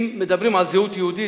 אם מדברים על זהות יהודית,